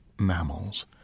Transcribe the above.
mammals